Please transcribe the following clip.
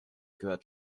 gehört